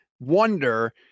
wonder